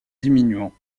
diminuant